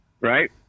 right